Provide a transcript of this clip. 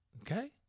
Okay